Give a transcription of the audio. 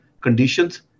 conditions